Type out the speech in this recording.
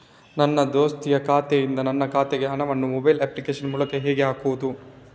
ನನ್ನ ದೋಸ್ತಿಯ ಖಾತೆಯಿಂದ ನನ್ನ ಖಾತೆಗೆ ಹಣವನ್ನು ಮೊಬೈಲ್ ಅಪ್ಲಿಕೇಶನ್ ಮೂಲಕ ಹೇಗೆ ಹಾಕುವುದು?